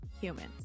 humans